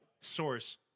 source